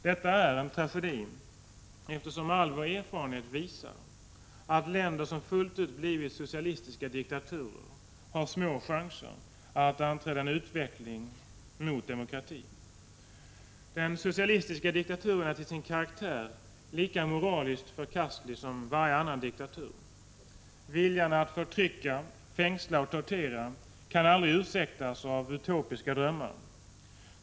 Detta är en tragedi, eftersom all vår erfarenhet visar att länder som fullt ut blivit socialistiska diktaturer har små chanser att anträda en utveckling mot demokrati. Den socialistiska diktaturen är till sin karaktär lika moraliskt förkastlig som varje annan diktatur. Viljan att förtrycka, fängsla och tortera kan aldrig ursäktas av utopiska drömmar.